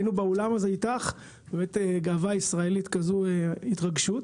היינו איתך באולם בגאווה ישראלית והתרגשות.